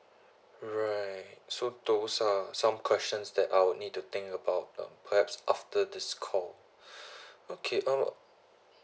right so those are some questions that I would need to think about uh perhaps after this call okay um